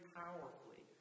powerfully